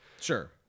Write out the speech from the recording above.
sure